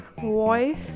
voice